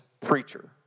preacher